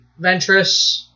Ventress